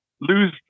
lose